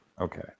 Okay